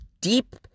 deep